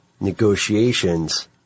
negotiations